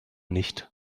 nicht